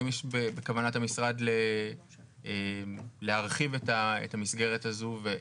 האם יש בכוונת המשרד להרחיב את המסגרת הזו ואיך.